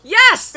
yes